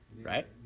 Right